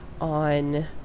on